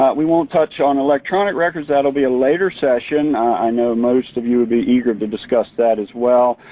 we won't touch on electronic records. that will be a later session. i know most of you will be eager to discuss that as well.